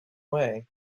way